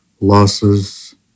losses